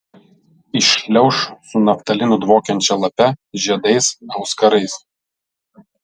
įšliauš su naftalinu dvokiančia lape žiedais auskarais